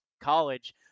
college